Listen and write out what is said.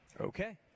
Okay